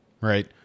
Right